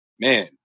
Man